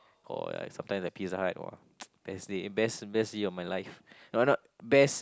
or like sometimes like Pizza Hut or best day best best year of my life not not best